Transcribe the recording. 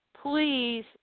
please